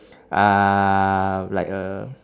um like a